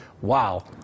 wow